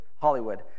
hollywood